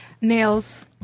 Nails